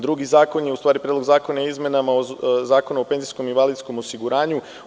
Drugi zakon je u stvari Predlog zakona o izmenama Zakona o penzijskom i invalidskom osiguranju.